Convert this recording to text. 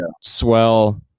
swell